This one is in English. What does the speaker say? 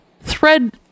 thread